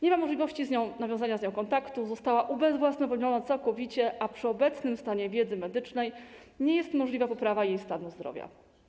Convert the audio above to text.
Nie ma możliwości nawiązania z nią kontaktu, została ubezwłasnowolniona całkowicie, a przy obecnym stanie wiedzy medycznej nie jest możliwa poprawa jej stanu zdrowia.